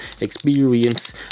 experience